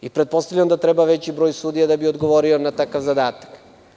Pretpostavljam da treba veći broj sudija da bi odgovorio na takav zadatak.